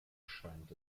scheint